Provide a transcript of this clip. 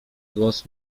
głos